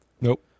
Nope